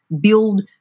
build